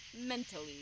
mentally